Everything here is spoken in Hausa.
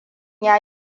ya